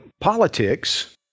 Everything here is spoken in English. politics